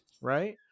right